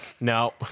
No